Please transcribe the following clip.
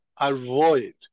Avoid